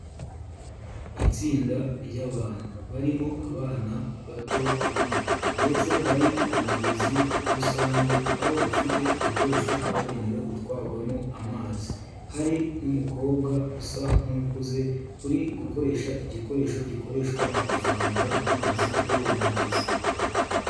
Itsinda ry'abantu barimo abana bato bane ndetse bari ku mugezi rusange, aho bafite udukoresho twagenewe gutwarwamo amazi, hari n'umukobwa usa nk'ukuze uri gukoresha igikoresho gikoreshwa mu kuzamura amazi kuri uwo mugezi.